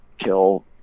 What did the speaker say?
Kill